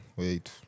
wait